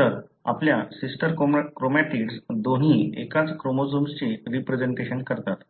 तर आपल्या sister chromatids दोन्ही एकाच क्रोमोझोम्सचे रिप्रेसेंटेशन करतात